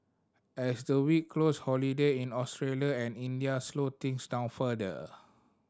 as the week closed holiday in Australia and India slowed things down further